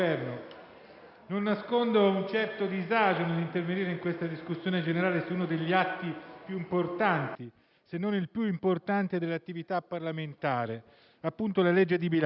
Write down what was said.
non nascondo un certo disagio nell'intervenire in questa discussione generale su uno degli atti più importanti, se non il più importante, dell'attività parlamentare: la legge di bilancio,